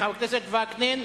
חבר הכנסת וקנין,